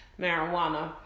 marijuana